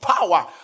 power